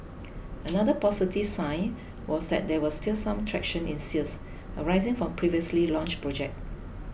another positive sign was that there was still some traction in sales arising from previously launched projects